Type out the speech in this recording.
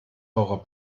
eurer